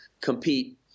compete